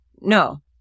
No